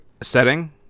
setting